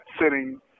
sitting